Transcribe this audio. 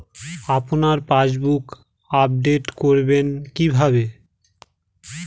আপনার passbook update করবেন কিভাবে?